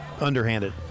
underhanded